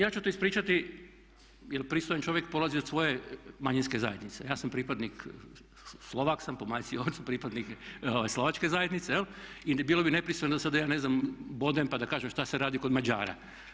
Ja ću to ispričati, jer pristojan čovjek polazi od svoje manjinske zajednice, a ja sam pripadnik Slovak sam po majci i ocu, pripadnik slovačke zajednice i bilo bi nepristojno da sad ja ne znam, bodem pa da kažem što se radi kod Mađara.